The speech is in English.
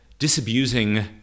Disabusing